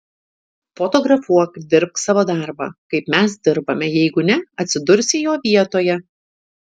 fotografuok dirbk savo darbą kaip mes dirbame jeigu ne atsidursi jo vietoje